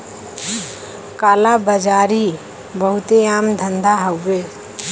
काला बाजारी बहुते आम धंधा हउवे